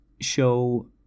Show